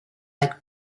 like